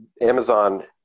Amazon